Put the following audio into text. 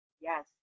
Yes